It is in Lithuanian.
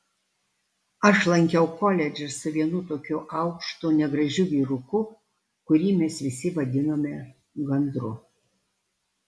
aš lankiau koledžą su vienu tokiu aukštu negražiu vyruku kurį mes visi vadinome gandru